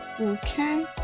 Okay